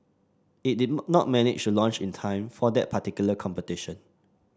it did not manage to launch in time for that particular competition